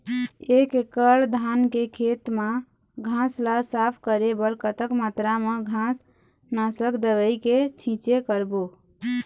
एक एकड़ धान के खेत मा घास ला साफ करे बर कतक मात्रा मा घास नासक दवई के छींचे करबो?